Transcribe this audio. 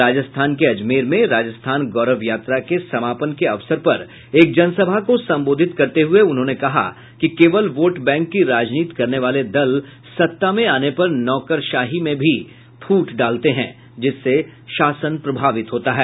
राजस्थान में अजमेर में राजस्थान गौरव यात्रा के समापन के अवसर पर एक जनसभा को सम्बोधित करते हुए उन्होंने कहा कि केवल वोट बैंक की राजनीति करने वाले दल सत्ता में आने पर नौकरशाही में भी फूट डालते है जिससे शासन प्रभावित होता है